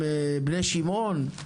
עם בני שמעון.